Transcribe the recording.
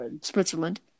Switzerland